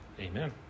Amen